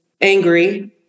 angry